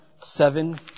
seven